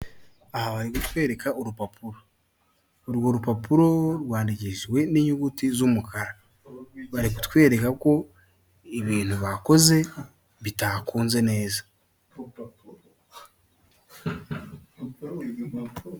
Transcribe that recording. Aha bari kutwereka urupapuro urwo rupapuro rwandikishijwe n'inyuguti z'umukara bari kutwereka ko ibintu bakoze bitakunze neza.